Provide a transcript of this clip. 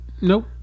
Nope